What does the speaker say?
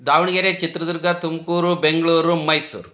Davanagere Chitradurga Tumakuru Bengaluru Mysuru